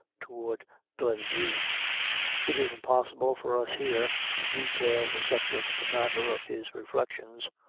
towards glendhu. it is impossible for us here to detail the subject matter of his reflections,